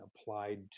applied